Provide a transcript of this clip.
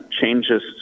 changes